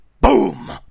boom